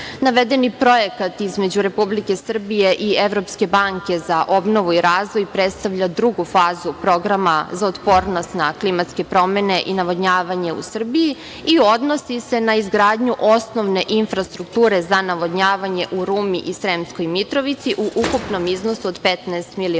projekat između Republike Srbije i Evropske banke za obnovu i razvoj predstavlja drugu fazu programa za otpornost na klimatske promene i navodnjavanje u Srbiji i odnosi se na izgradnju osnovne infrastrukture za navodnjavanje u Rumi i Sremskoj Mitrovici, u ukupnom iznosu od 15 miliona